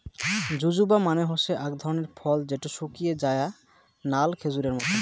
জুজুবা মানে হসে আক ধরণের ফল যেটো শুকিয়ে যায়া নাল খেজুরের মত